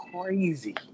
crazy